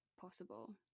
possible